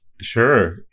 Sure